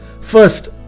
First